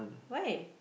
why